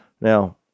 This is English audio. now